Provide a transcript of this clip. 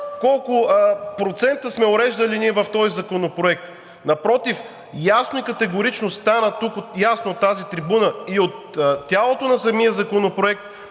Колко процента сме уреждали ние в този законопроект. Напротив, ясно и категорично стана тук от тази трибуна и от тялото на самия законопроект,